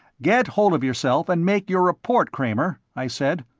get hold of yourself, and make your report, kramer, i said.